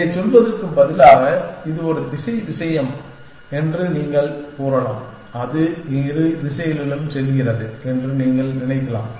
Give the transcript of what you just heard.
இதைச் சொல்வதற்குப் பதிலாக இது ஒரு திசை விஷயம் என்று நீங்கள் கூறலாம் அது இரு திசைகளிலும் செல்கிறது என்று நீங்கள் நினைக்கலாம்